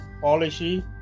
policy